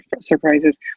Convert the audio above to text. surprises